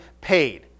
paid